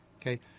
Okay